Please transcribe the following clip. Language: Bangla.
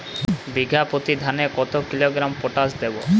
বিঘাপ্রতি ধানে কত কিলোগ্রাম পটাশ দেবো?